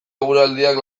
eguraldiak